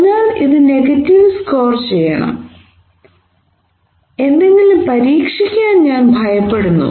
അതിനാൽ ഇത് negative score ചെയ്യണം എന്തെങ്കിലും പരീക്ഷിക്കാൻ ഞാൻ ഭയപ്പെടുന്നു